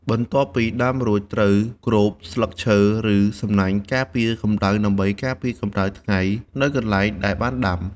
បន្ទាប់ពីដាំរួចត្រូវគ្របស្លឹកឈើ ឬសំណាញ់ការពារកម្ដៅដើម្បីការពារកម្ដៅថ្ងៃនៅកន្លែង ដែលបានដាំ។